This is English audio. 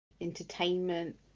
entertainment